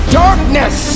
darkness